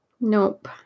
nope